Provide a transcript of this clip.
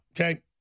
okay